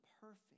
perfect